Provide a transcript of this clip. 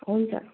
हुन्छ